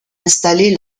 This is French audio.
installer